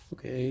Okay